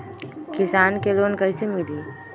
किसान के लोन कैसे मिली?